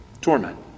torment